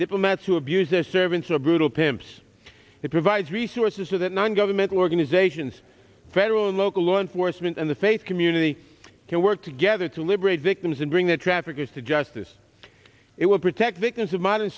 diplomats who abuse their servants or brutal pimps it provides resources so that non governmental organizations federal and local law enforcement and the faith community can work together to liberate victims and bring the traffickers to justice it will protect victims of modern